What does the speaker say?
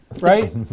right